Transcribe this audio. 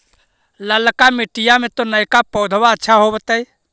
ललका मिटीया मे तो नयका पौधबा अच्छा होबत?